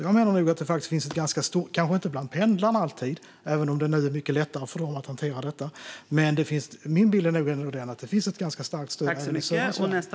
Jag menar nog att det finns ett ganska stort stöd - det finns kanske inte alltid bland pendlarna, även om det nu är mycket lättare för dem att hantera det här - i södra Sverige för detta.